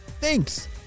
thanks